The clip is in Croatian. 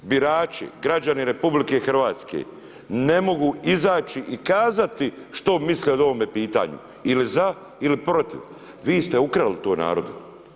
Birači, građani RH ne mogu izaći i kazati što misle o ovome pitanju ili za ili protiv, vi ste ukrali to narodu.